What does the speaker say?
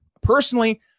personally